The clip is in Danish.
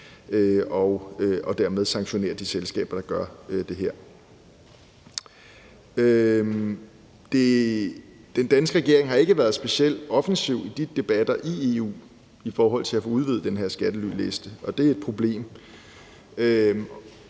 og sanktionere de selskaber, der gør det her. Den danske regering har ikke været specielt offensiv i de debatter i EU i forhold til at få udvidet den her skattelyliste, og det er et problem.